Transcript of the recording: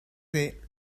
the